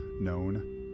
known